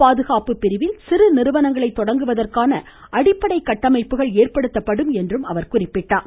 பாதுகாப்பு பிரிவில் சிறு நிறுவனங்களை தொடங்குவதற்கான அடிப்படை கட்டமைப்புகள் ஏற்படுத்தப்படும் என்று குறிப்பிட்டார்